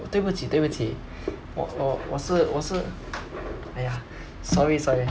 我对不起对不起我我我是我是 !aiya! sorry sorry